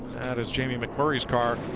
is jamie mcmurray's car.